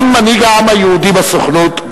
גם מנהיג העם היהודי בסוכנות,